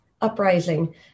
uprising